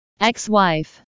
ex-wife